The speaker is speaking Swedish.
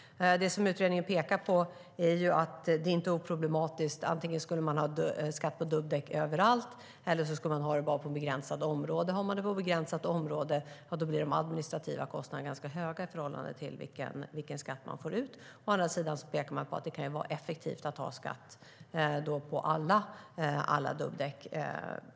Det utredningen pekar på är att det inte är oproblematiskt. Antingen ska man ha skatt på dubbdäck överallt, eller så har man det bara för begränsade områden. Har man det för begränsade områden blir de administrativa kostnaderna ganska höga i förhållande till vilken skatt man får ut. Å andra sidan pekar man på att det kan vara effektivt att ha skatt på alla dubbdäck.